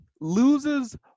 loses